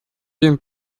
один